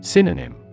Synonym